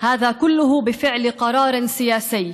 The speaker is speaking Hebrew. הפושעים חופשיים,